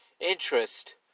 interest